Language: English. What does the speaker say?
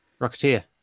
rocketeer